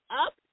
up